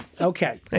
Okay